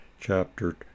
CHAPTER